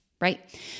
right